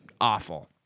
awful